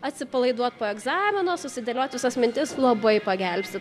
atsipalaiduot po egzamino susidėliot visas mintis labai pagelbsti